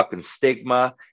stigma